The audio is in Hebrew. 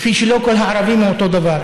כפי שלא כל הערבים הם אותו דבר,